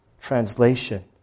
translation